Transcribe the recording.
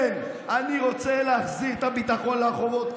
כן, אני רוצה להחזיר את הביטחון לרחובות.